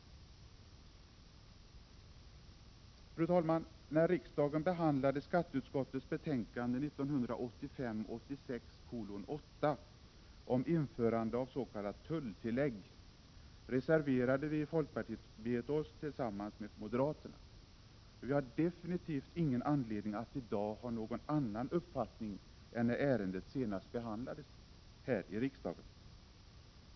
Fru talman! När riksdagen behandlade skatteutskottets betänkande 1985/86:8 om införande av s.k. tulltillägg reserverade vi i folkpartiet oss tillsammans med moderaterna, och vi har definitivt ingen anledning att i dag ha någon annan uppfattning än när ärendet senast behandlades här i riksdagen.